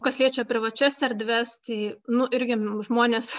kas liečia privačias erdves tai nu irgi žmonės